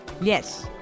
Yes